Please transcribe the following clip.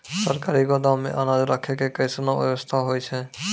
सरकारी गोदाम मे अनाज राखै के कैसनौ वयवस्था होय छै?